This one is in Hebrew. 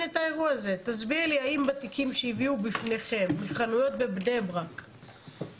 תסבירי לי האם בתיקים שהביאו בפניכם מחנויות בבני ברק,